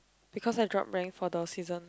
because I drop rank for the season